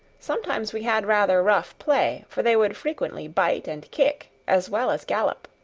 sometimes we had rather rough play, for they would frequently bite and kick as well as gallop.